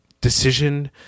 decision